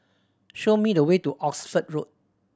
show me the way to Oxford Road